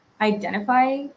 identify